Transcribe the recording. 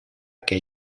que